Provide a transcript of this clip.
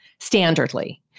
standardly